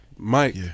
Mike